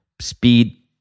speed